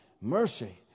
mercy